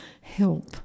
help